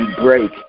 break